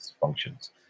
functions